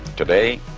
today,